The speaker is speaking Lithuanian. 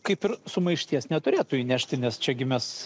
kaip ir sumaišties neturėtų įnešti nes čia gi mes